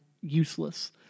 useless